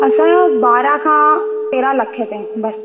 असां बारहां खां तेरहां लखे ताईं बसि